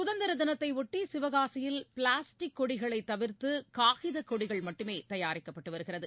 சுதந்திரதினத்தையொட்டிசிவகாசியில் plastic கொடிகளைதவிர்த்துகாகிதக் கொடிகள் மட்டுமேதயாரிக்கப்பட்டுவருகிறது